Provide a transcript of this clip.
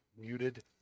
muted